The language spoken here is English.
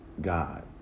God